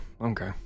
Okay